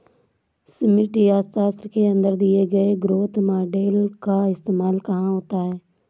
समष्टि अर्थशास्त्र के अंदर दिए गए ग्रोथ मॉडेल का इस्तेमाल कहाँ होता है?